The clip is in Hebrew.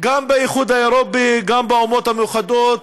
גם באיחוד האירופי, גם באומות המאוחדות,